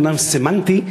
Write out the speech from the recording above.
אומנם סמנטי,